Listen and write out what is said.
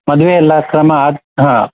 ಮದುವೆ ಎಲ್ಲ ಕ್ರಮ ಆದ ಹಾಂ